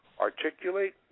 articulate